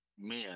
men